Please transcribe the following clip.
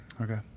Okay